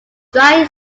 dry